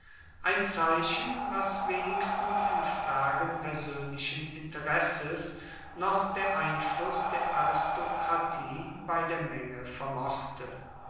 ein zeichen was wenigstens in fragen persönlichen interesses noch der einfluß der aristokratie bei der menge vermochte